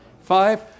Five